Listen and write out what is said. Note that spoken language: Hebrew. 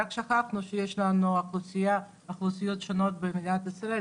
רק שכחנו שיש לנו אוכלוסיות שונות במדינת ישראל,